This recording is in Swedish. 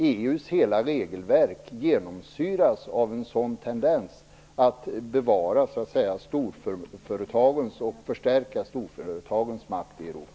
EU:s hela regelverk genomsyras av en sådan tendens att bevara och förstärka storföretagens makt i Europa.